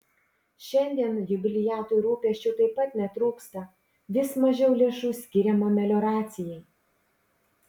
šiandien jubiliatui rūpesčių taip pat netrūksta vis mažiau lėšų skiriama melioracijai